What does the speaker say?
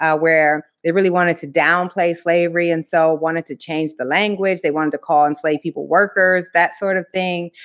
ah where they really wanted to downplay slavery and so wanted to change the language, they wanted to call enslaved people workers, that sort of thing.